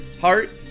heart